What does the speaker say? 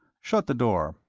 shut the door.